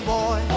boy